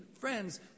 friends